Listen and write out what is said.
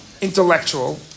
intellectual